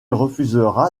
refusera